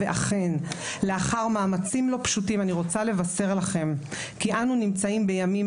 ואכן לאחר מאמצים לא פשוטים אני רוצה לבשר לכם כי אנו נמצאים בימים